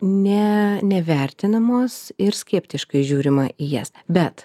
ne nevertinamos ir skeptiškai žiūrima į jas bet